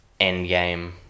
Endgame